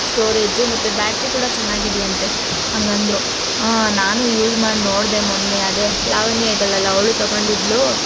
storage ಮತ್ತು battery ಕೂಡ ಚೆನ್ನಾಗಿದೆಯಂತೆ ಹಾಗಂದ್ರು ನಾನು ಯೂಸ್ ಮಾಡಿ ನೋಡಿದೆ ಮೊನ್ನೆ ಅದೇ ಲಾವಣ್ಯ ಇದ್ದಾಳಲ್ಲ ಅವಳು ತಗೊಂಡಿದ್ಳು